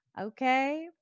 okay